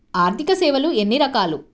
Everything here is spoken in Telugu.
ఆర్థిక సేవలు ఎన్ని రకాలు?